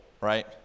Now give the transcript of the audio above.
right